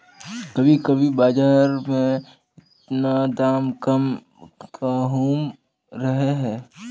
कभी कभी बाजार में इतना दाम कम कहुम रहे है?